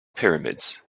pyramids